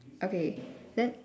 okay then